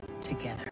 together